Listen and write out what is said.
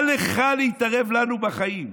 מה לך להתערב לנו בחיים?